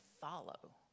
follow